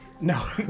No